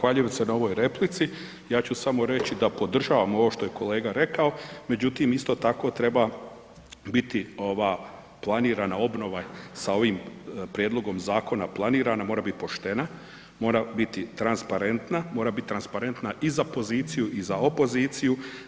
Zahvaljujem se na ovoj replici, ja ću samo reći da podržavam ovo što je kolega rekao, međutim isto tako treba biti ova planirana obnova sa ovim prijedlogom zakona planirana mora biti poštena, mora biti transparentna, mora biti transparentna i za poziciju i za opoziciju.